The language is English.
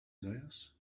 desires